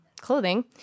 clothing